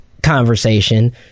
Conversation